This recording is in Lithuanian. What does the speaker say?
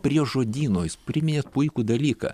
prie žodyno jūs priminėt puikų dalyką